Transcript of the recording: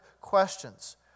questions